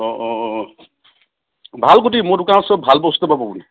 অঁ অঁ অঁ অঁ ভাল গুটি মোৰ দোকানত চ'ব ভাল বস্তুয়ে পাব